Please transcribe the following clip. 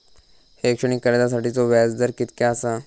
शैक्षणिक कर्जासाठीचो व्याज दर कितक्या आसा?